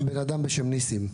בן אדם בשם ניסים,